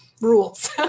rules